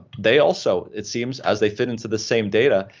they also, it seems as they fit into the same data,